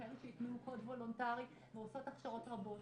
כאלו שהטמיעו קוד וולונטרי ועושות הכשרות רבות.